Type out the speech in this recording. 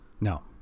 No